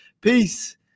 Peace